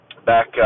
Back